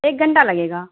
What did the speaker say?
ایک گھنٹہ لگے گا